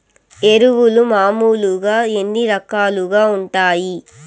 ఎరువులు మామూలుగా ఎన్ని రకాలుగా వుంటాయి?